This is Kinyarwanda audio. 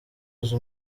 uzi